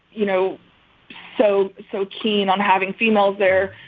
you know so, so keen on having females there.